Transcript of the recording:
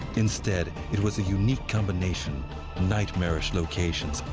instead, it was a unique combination nightmarish locations,